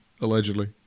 allegedly